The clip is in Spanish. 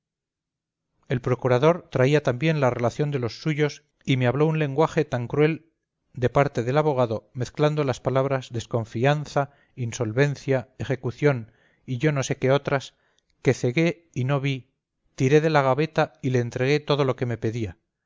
el procurador traía también la relación de los suyos y me habló un lenguaje tan cruel de parte del abogado mezclando las palabras desconfianza insolvencia ejecución y yo no sé qué otras que cegué y no vi tiré de la gaveta y le entregué todo lo que me pedía